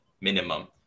minimum